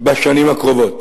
בשנים הקרובות.